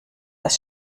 das